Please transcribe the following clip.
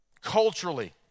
Culturally